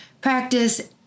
practice